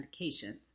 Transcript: medications